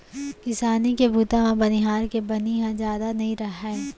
किसानी के बूता म बनिहार के बनी ह जादा नइ राहय